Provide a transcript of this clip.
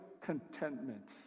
contentment